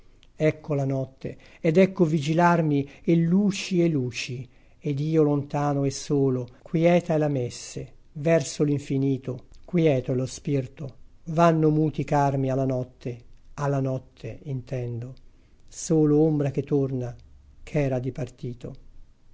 ecco la notte ed ecco vigilarmi e luci e luci ed io lontano e solo quieta è la messe verso l'infinito quieto è lo spirto vanno muti carmi a la notte a la notte intendo solo ombra che torna ch'era dipartito